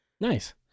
Nice